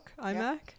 imac